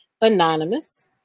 anonymous